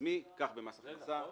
עצמי כך במס הכנסה,